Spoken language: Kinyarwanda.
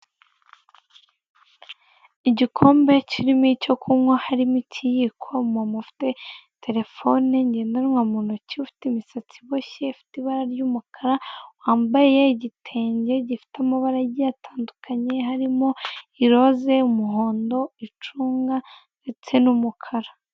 Igikombe kirimo icyo kunywa harimo ikiyiko umuntu ufite terefone igendanwa mu intoki ufite imisatsi iboshye ifite ibara ry'umukara wambaye igitenge gifite amabara agiye atandukanye harimo; iroza, umuhondo, icunga ndetse n'umukara.